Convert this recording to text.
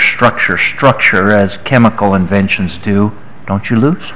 structure structure as chemical inventions do don't you lo